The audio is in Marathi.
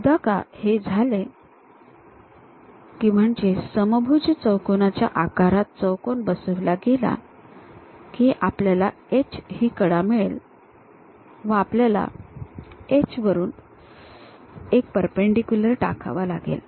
एकदा का हे झाले की म्हणजे समभुज चौकोनाच्या आकारात चौकोन बसविला की आपल्याला H ही कडा मिळेल व आपल्याला H वरून एक परपेंडीक्युलर टाकावा लागेल